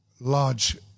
large